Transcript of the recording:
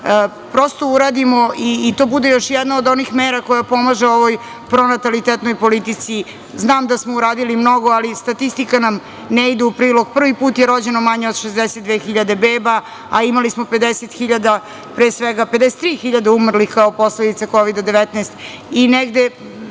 prosto, uradimo i to bude još jedna od onih mera koja pomaže ovoj pronatalitetnoj politici. Znam da smo uradili mnogo, ali statistika nam ne ide u prilog. Prvi put je rođeno manje od 62.000 beba, a imali smo 50.000, pre svega